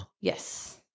Yes